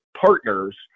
partners